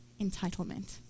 entitlement